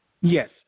Yes